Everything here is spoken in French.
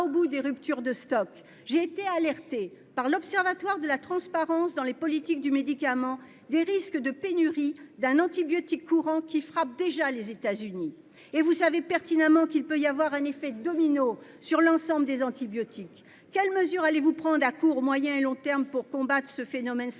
au bout des ruptures de stock. J'ai été alertée par l'Observatoire de la transparence dans les politiques du médicament sur les risques de pénurie d'un antibiotique courant. Une telle pénurie frappe déjà les États-Unis. Or comme vous le savez bien, il peut y avoir un effet domino sur l'ensemble des antibiotiques. Quelles mesures allez-vous prendre à court, moyen et long termes pour combattre ce phénomène structurel ?